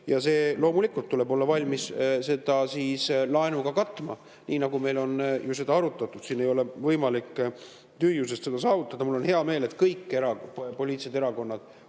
ja loomulikult tuleb olla valmis seda laenuga katma, nii nagu meil on seda arutatud. Ei ole võimalik tühjusest seda saavutada. Ja mul on hea meel, et kõik poliitilised erakonnad